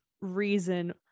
reason